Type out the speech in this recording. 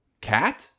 cat